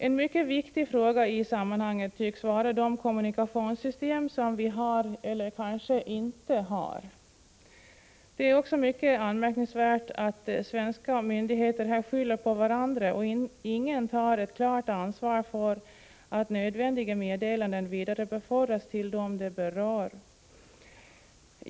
En mycket viktig fråga i sammanhanget tycks vara de kommunikationssystem som vi har eller kanske inte har. Det är också mycket anmärkningsvärt att svenska myndigheter skyller på varandra och att ingen tar ett klart ansvar för att nödvändiga meddelanden vidarebefordras till dem det berör.